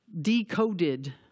decoded